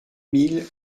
mille